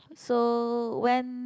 so when